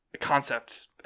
concept